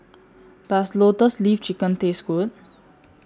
Does Lotus Leaf Chicken Taste Good